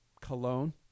cologne